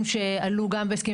לזכותם שהסעיף